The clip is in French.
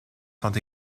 sont